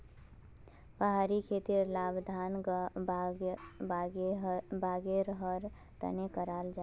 पहाड़ी खेतीर लाभ धान वागैरहर तने कराल जाहा